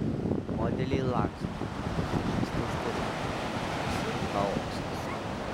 modeliai laksto vizažistės dirba visur chaosas